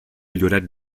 lloret